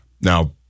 Now